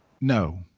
No